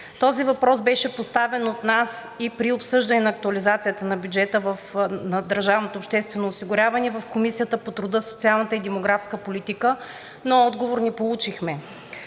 Този въпрос беше поставен от нас при обсъждането на актуализацията на бюджета на държавното обществено осигуряване в Комисията по труда, социалната и демографска политика, но отговор не получихме.